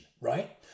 right